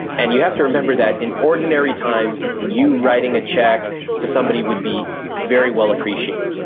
and you have to remember that in ordinary times, you writing a check to somebody would be very well appreciated.